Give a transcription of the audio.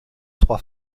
trois